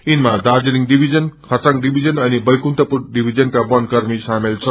यिनमा दार्जीलिङ डिविजनखरसाङ डिविजन अनि बैकुण्ठपुर डिविजनका वनकर्मी सामेल छन्